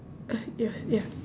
uh yours ya